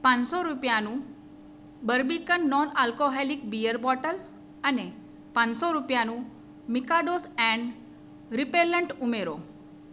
પાંચસો રૂપિયાનું Barbican non alcoholic beer bottle અને પાંચસો રૂપિયાનું મીકાડોઝ એન્ટ રીપેલેન્ટ ઉમેરો